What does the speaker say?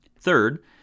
Third